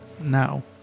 now